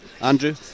Andrew